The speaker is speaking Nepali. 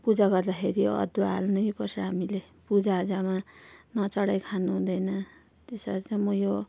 पूजा गर्दाखेरि अदुवा हाल्नै पर्छ हामीले पूजा आजामा नचढाइ खानु हुँदैन त्यसरी चाहिँ म यो